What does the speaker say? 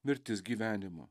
mirtis gyvenimu